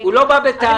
הוא לא בא בטענות.